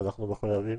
שאנחנו מחויבים